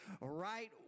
right